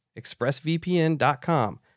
expressvpn.com